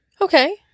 Okay